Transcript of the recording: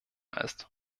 ist